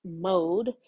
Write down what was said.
mode